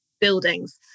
buildings